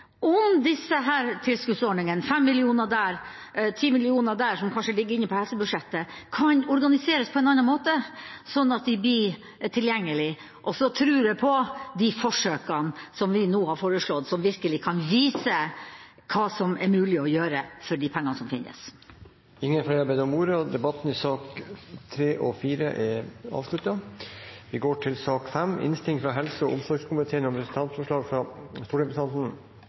om disse tilskuddsordningene – 5 mill. kr her, 10 mill. kr der, som kanskje ligger inne i helsebudsjettet – kan organiseres på en annen måte, slik at de blir tilgjengelige. Og så tror jeg på de forsøkene vi nå har foreslått, som virkelig kan vise hva som er mulig å gjøre for de pengene som finnes. Flere har ikke bedt om ordet til sakene nr. 3 og 4. Etter ønske fra komiteen vil presidenten foreslå at taletiden blir begrenset til 5 minutter til hver partigruppe og